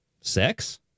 Sex